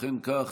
אכן כך.